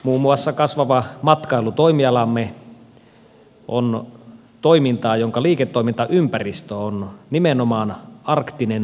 muun muassa kasvava matkailutoimialamme on toimintaa jonka liiketoimintaympäristö on nimenomaan arktinen puhdas luonto